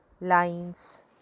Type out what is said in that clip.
lines